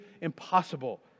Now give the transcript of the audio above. impossible